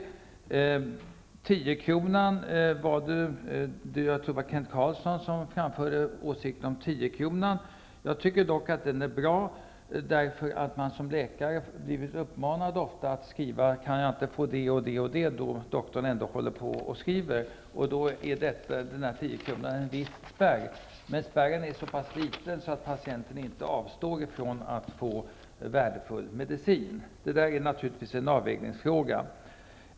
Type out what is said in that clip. Jag tror att det var Kent Carlsson som framförde åsikter om tiokronan. Jag tycker dock att den är bra därför att man som läkare ofta blivit tillfrågad: Kan jag inte få det och det också, när doktorn ändå håller på och skriver? Då är tiokronan en viss spärr, men spärren är så pass liten att patienten inte avstår från att få värdefull medicin. Detta är naturligtvis en avvägningsfråga.